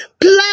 Plan